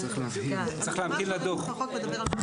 אבל --- החוק מדבר על משהו